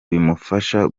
bimufasha